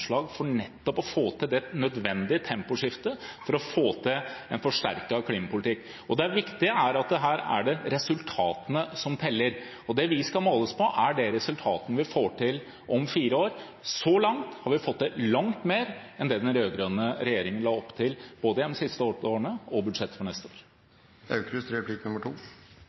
for nettopp å få til det nødvendige temposkiftet, for å få til en forsterket klimapolitikk. Det viktige er at her er det resultatene som teller. Det vi skal måles på, er de resultatene vi får til om fire år. Så langt har vi fått til langt mer enn det den rød-grønne regjeringen la opp til, både gjennom de siste åtte årene og i budsjettet for neste